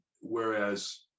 Whereas